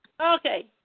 Okay